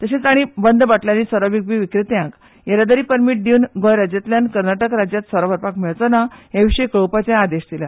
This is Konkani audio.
तशेंच तांणी बंद बाटल्यांनी सोरो विकपी विक्रेत्यांक येरादारी परमीट दिवन गोंय राज्यांतल्यान कर्नाटक राज्यांत सोरो व्हरपाक मेळचें ना हे विशीं कळोवपाचो आदेश दिला